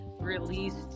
released